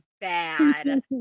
bad